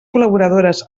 col·laboradores